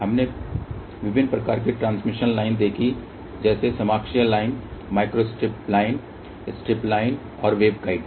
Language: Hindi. हमने विभिन्न प्रकार की ट्रांसमिशन लाइन देखी जैसे समाक्षीय line microstrip line strip line और वेवगाइड